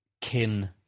kin